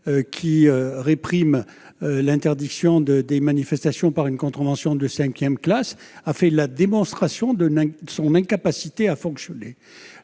qui réprime l'interdiction des manifestations par une contravention de cinquième classe, a fait la démonstration de son incapacité à fonctionner.